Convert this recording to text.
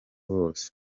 bose